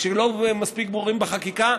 כשלא מספיק ברורים בחקיקה,